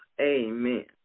Amen